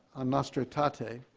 on nostra aetate.